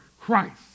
Christ